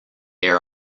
air